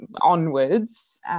onwards